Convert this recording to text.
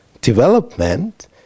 development